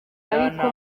ariko